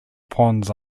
pawns